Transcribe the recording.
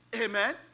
Amen